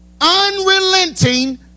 unrelenting